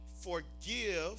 Forgive